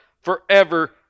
forever